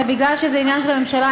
בגלל שזה עניין של הממשלה,